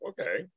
okay